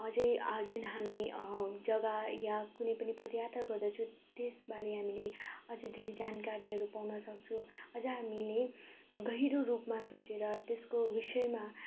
अझै जुन हामी जग्गा या कुनै पनि पदयात्रा गर्दछु त्यसबारे हामीले अझै धेरै जानकारीहरू पाउनसक्छु अझ हामीले गहिरो रूपमा सोचेर त्यसको विषयमा